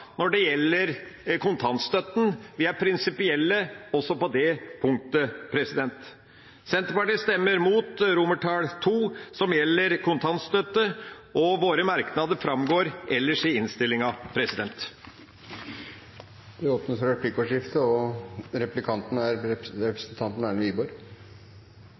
når det gjelder kontantstøtten. Vi er prinsipielle også på det punktet. Senterpartiet stemmer mot II, som gjelder kontantstøtten, og våre merknader ellers framgår i innstillinga. Det blir replikkordskifte. Det at representanten Lundteigen og Senterpartiet står for en naiv innvandrings- og integreringspolitikk, er